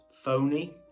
phony